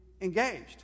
engaged